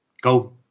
Go